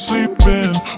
Sleeping